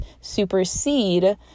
supersede